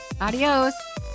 Adios